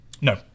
No